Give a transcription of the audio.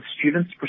students